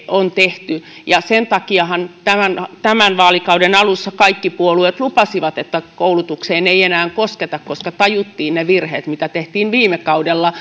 on tehty sen takiahan tämän tämän vaalikauden alussa kaikki puolueet lupasivat että koulutukseen ei enää kosketa koska tajuttiin ne virheet mitä tehtiin viime kaudella